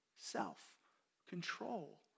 self-control